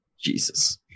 Jesus